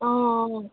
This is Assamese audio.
অ